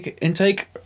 intake